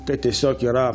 tai tiesiog yra